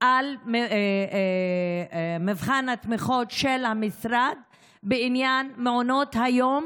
על מבחן התמיכות של המשרד בעניין מעונות היום